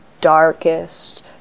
darkest